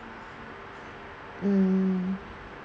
mm